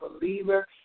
believer